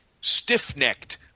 stiff-necked